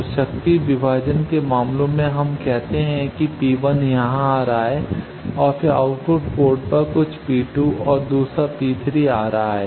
तो शक्ति विभाजन के मामले में हम कहते हैं कि P1 यहाँ आ रहा है और फिर आउटपुट पोर्ट पर कुछ P2 और दूसरा P3 आ रहा है